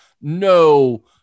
no